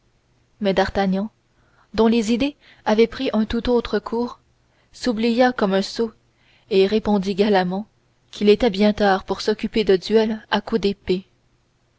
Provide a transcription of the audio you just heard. mais d'artagnan dont les idées avaient pris un tout autre cours s'oublia comme un sot et répondit galamment qu'il était bien tard pour s'occuper de duels à coups d'épée